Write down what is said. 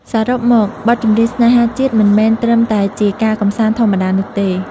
សរុបមក បទចម្រៀងស្នេហាជាតិមិនមែនត្រឹមតែជាការកម្សាន្តធម្មតានោះទេ។